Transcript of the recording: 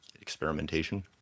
experimentation